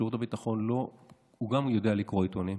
שירות הביטחון גם הוא יודע לקרוא עיתונים,